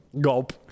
gulp